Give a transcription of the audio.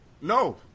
No